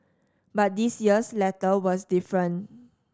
but this year's letter was different